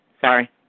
sorry